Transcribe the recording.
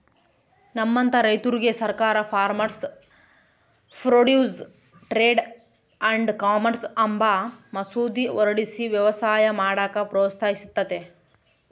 ನಮ್ಮಂತ ರೈತುರ್ಗೆ ಸರ್ಕಾರ farmers produce trade and commerce ಅಂಬ ಮಸೂದೆ ಹೊರಡಿಸಿ ವ್ಯವಸಾಯ ಮಾಡಾಕ ಪ್ರೋತ್ಸಹಿಸ್ತತೆ